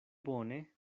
bone